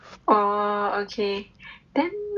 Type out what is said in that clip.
oh okay then